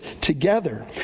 together